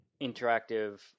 interactive